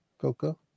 Coco